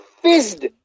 fizzed